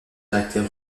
caractère